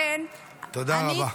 תודה רבה.